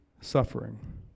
suffering